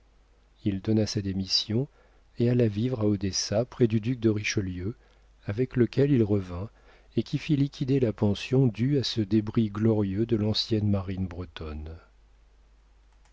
il donna sa démission et alla vivre à odessa près du duc de richelieu avec lequel il revint et qui fit liquider la pension due à ce débris glorieux de l'ancienne marine bretonne